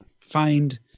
find